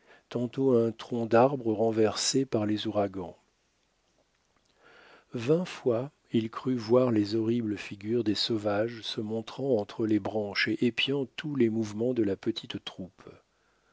tantôt un tronc d'arbre renversé par les ouragans vingt fois il crut voir les horribles figures des sauvages se montrant entre les branches et épiant tous les mouvements de la petite troupe